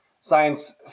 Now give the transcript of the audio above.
science